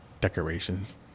decorations